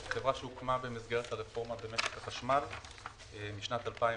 היא חברה שהוקמה במסגרת הרפורמה במשק החשמל משנת 2018,